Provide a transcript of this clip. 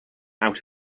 out